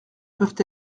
peuvent